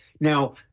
Now